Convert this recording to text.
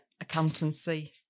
accountancy